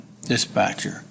Dispatcher